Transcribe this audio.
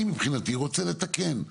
אני מבחינתי רוצה לתקן.